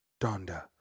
donda